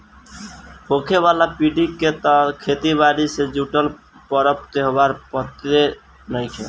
होखे वाला पीढ़ी के त खेती बारी से जुटल परब त्योहार त पते नएखे